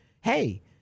hey